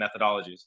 methodologies